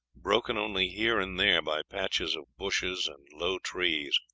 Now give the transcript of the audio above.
broken only here and there by patches of bushes and low trees.